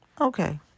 Okay